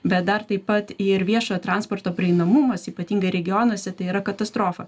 bet dar taip pat ir viešojo transporto prieinamumas ypatingai regionuose tai yra katastrofa